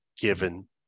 given